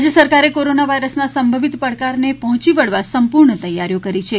રાજ્ય સરકારે કોરોના વાયરસના સંભવિત પડકારને પહોંચી વળવા સંપૂર્ણ તૈયારીઓ કરી છે